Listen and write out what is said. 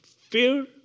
Fear